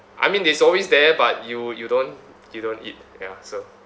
I mean it's always there but you you don't you don't eat ya so